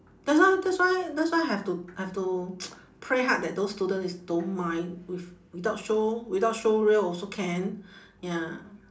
that's why that's why that's why have to have to pray hard that those student is don't mind with without show~ without showreel also can ya